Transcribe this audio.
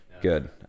Good